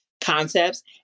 concepts